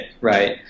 right